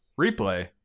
replay